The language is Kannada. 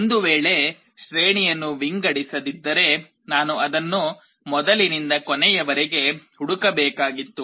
ಒಂದು ವೇಳೆ ಶ್ರೇಣಿಯನ್ನು ವಿಂಗಡಿಸದಿದ್ದರೆ ನಾನು ಅದನ್ನು ಮೊದಲಿನಿಂದ ಕೊನೆಯವರೆಗೆ ಹುಡುಕಬೇಕಾಗಿತ್ತು